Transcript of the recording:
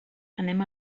anem